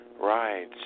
Right